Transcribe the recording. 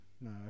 No